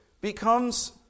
becomes